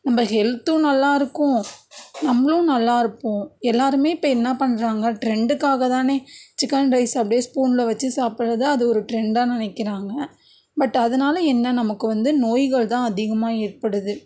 நம்ப ஹெல்த்தும் நல்லா இருக்கும் நம்மளும் நல்லா இருப்போம் எல்லாருமே இப்போ என்ன பண்ணுறாங்க ட்ரெண்டுக்காக தானே சிக்கன் ரைஸ் அப்டே ஸ்பூனில் வச்சி சாப்பிடுறது அது ஒரு ட்ரெண்டாக நினைக்கிறாங்க பட் அதனால என்ன நமக்கு வந்து நோய்கள் தான் அதிகமாக ஏற்படுது